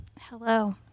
Hello